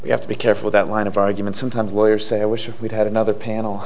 we have to be careful that line of argument sometimes lawyers say i wish we had another